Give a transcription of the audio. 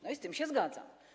No i z tym się zgadzam.